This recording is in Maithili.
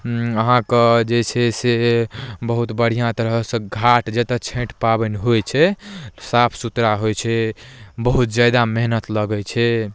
अहाँके जे छै से बहुत बढ़िआँ तरहसँ घाट जतय छठि पाबनि होइ छै साफ सुथड़ा होइ छै बहुत ज्यादा मेहनति लागै छै